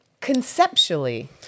conceptually